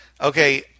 okay